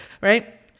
right